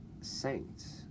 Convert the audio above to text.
Saints